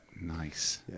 Nice